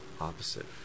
opposite